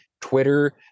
Twitter